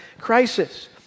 crisis